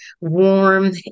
warm